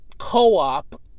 co-op